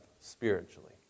spiritually